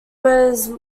was